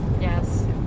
yes